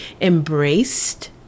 embraced